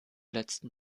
letzten